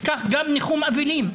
כך גם ניחום אבלים.